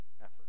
effort